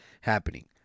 happening